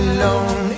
Alone